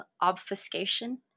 Obfuscation